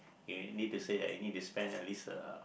need to say that you need to spend at least uh